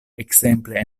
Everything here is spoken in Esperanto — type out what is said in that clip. ekzemple